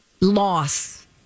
loss